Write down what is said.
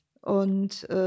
Und